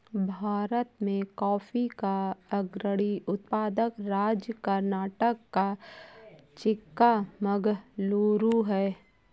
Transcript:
भारत में कॉफी का अग्रणी उत्पादक राज्य कर्नाटक का चिक्कामगलूरू है